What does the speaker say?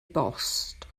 bost